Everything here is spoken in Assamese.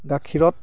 গাখীৰত